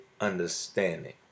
understanding